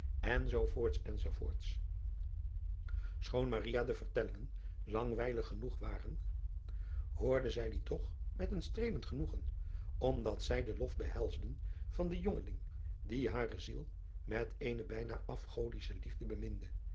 enz choon de vertellingen langwijlig genoeg waren hoorde zij die toch met een streelend genoegen omdat zij den lof behelsden van den jongeling dien hare ziel met eene bijna afgodische liefde beminde